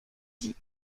dit